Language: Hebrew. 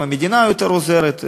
גם המדינה יותר עוזרת,